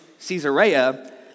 Caesarea